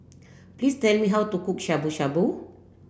please tell me how to cook Shabu Shabu